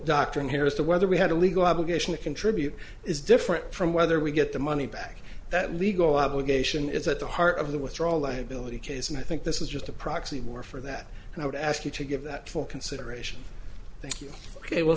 doctrine here as to whether we had a legal obligation to contribute is different from whether we get the money back that legal obligation is at the heart of the withdraw liability case and i think this is just a proxy more for that and i would ask you to give that for consideration thank you ok well